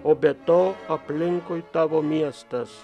o be to aplinkui tavo miestas